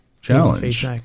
challenge